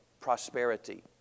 prosperity